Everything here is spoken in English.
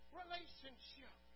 relationship